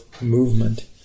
movement